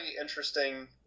interesting